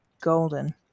golden